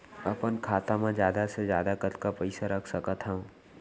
अपन खाता मा जादा से जादा कतका पइसा रख सकत हव?